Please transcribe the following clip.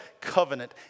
covenant